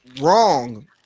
wrong